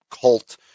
cult